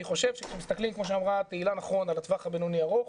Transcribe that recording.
אני חושב שכשמסתכלים כמו שאמרה תהלה נכון על הטווח בינוני-ארוך,